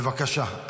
בבקשה.